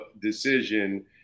decision